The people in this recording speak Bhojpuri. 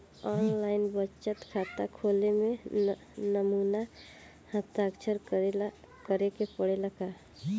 आन लाइन बचत खाता खोले में नमूना हस्ताक्षर करेके पड़ेला का?